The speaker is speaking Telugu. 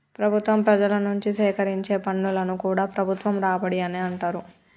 ప్రభుత్వం ప్రజల నుంచి సేకరించే పన్నులను కూడా ప్రభుత్వ రాబడి అనే అంటరు